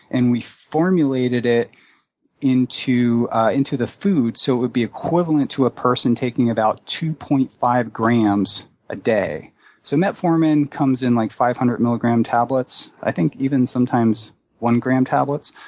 and we formulated it into into the food, so it would be equivalent to a person taking about two point five grams a day so metformin comes in, like, five hundred milligram tablets, i think even sometimes one-gram tablets,